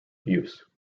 use